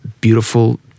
beautiful